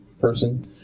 person